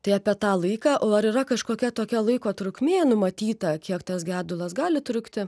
tai apie tą laiką o ar yra kažkokia tokia laiko trukmė numatyta kiek tas gedulas gali trukti